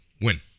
Win